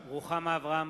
קבוצת סיעת חד"ש,